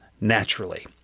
naturally